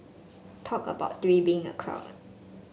talk about three being a crowd